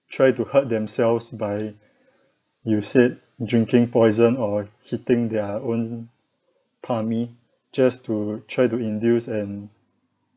try to hurt themselves by you said drinking poison or hitting their own tummy just to try to induce and